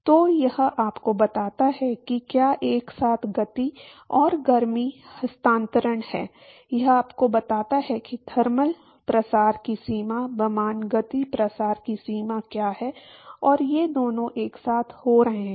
तो यह आपको बताता है कि क्या एक साथ गति और गर्मी हस्तांतरण है यह आपको बताता है कि थर्मल प्रसार की सीमा बनाम गति प्रसार की सीमा क्या है और ये दोनों एक साथ हो रहे हैं